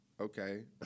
Okay